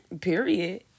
Period